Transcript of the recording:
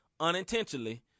unintentionally